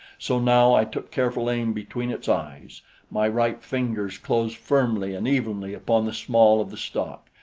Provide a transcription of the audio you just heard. so now i took careful aim between its eyes my right fingers closed firmly and evenly upon the small of the stock,